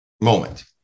moment